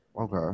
okay